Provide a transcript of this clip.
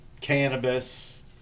cannabis